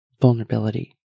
vulnerability